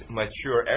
mature